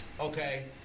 okay